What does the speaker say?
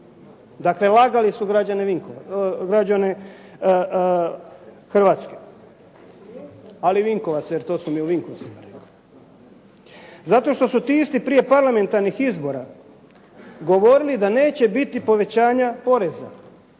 Dakle, varali su građane Hrvatske. Ali i Vinkovaca, jer to su mi u Vinkovcima rekli. Zato što su ti isti prije parlamentarnih izbora govorili da neće biti povećanja poreza.